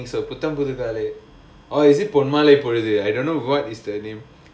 I think so Putham Pudhu காலை:putham pudhu kaalai or is it போமலை போலை:pomalai polai I don't know what is the name